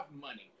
money